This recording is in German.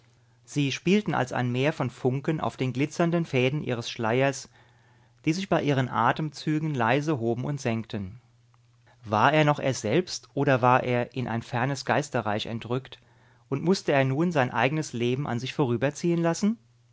sie spielten als ein meer von funken auf den glitzernden fäden ihres schleiers die sich bei ihren atemzügen leise hoben und senkten war er noch er selbst oder war er in ein fernes geisterreich entrückt und mußte er nun sein eigenes leben an sich vorüberziehen lassen